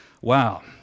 wow